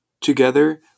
Together